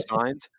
signed